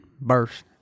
burst